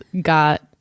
got